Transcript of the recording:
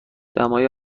دمای